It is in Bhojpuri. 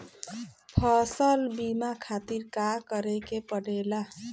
फसल बीमा खातिर का करे के पड़ेला?